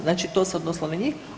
Znači to se odnosilo na njih.